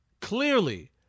clearly